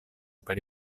per